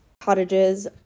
cottages